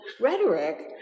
rhetoric